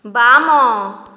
ବାମ